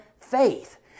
faith